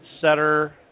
setter